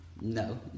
No